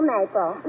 Maple